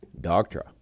dogtra